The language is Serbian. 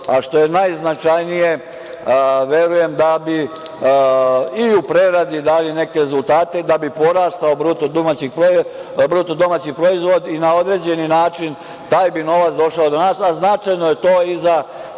a što je najznačajnije verujem da bi i u preradi dali neke rezultate i da bi porastao BDP i na određeni način taj bi novac došao do nas. Značajno je to i za